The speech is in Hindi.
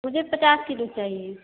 मुझे पचास किलो चाहिए